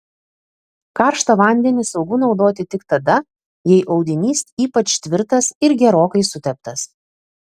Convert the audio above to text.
karštą vandenį saugu naudoti tik tada jei audinys ypač tvirtas ir gerokai suteptas